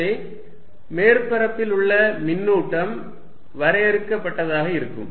எனவே மேற்பரப்பில் உள்ள மின்னூட்டம் வரையறுக்கப்பட்டதாக இருக்கும்